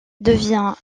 devient